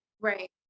right